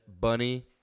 bunny